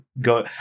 go